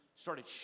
Started